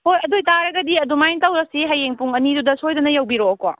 ꯍꯣꯏ ꯑꯗꯨ ꯑꯣꯏꯇꯥꯔꯒꯗꯤ ꯑꯗꯨꯃꯥꯏ ꯇꯧꯔꯁꯤ ꯍꯌꯦꯡ ꯄꯨꯡ ꯑꯅꯤꯗꯨꯗ ꯁꯣꯏꯗꯅ ꯌꯧꯕꯤꯔꯛꯑꯣ ꯀꯣ